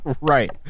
right